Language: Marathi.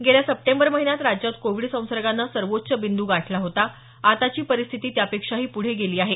गेल्या सप्टेंबर महिन्यात राज्यात कोविड संसर्गाने सर्वोच्च बिंद् गाठला होता आताची परिस्थिती त्यापेक्षाही पुढे गेली आहे